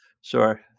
Sure